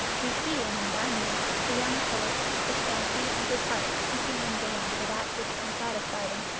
we see in endymion the young poet, his fancy and his heart seeking in vain for that which can satisfy them,